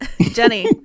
Jenny